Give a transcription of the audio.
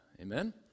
Amen